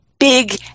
Big